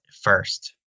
first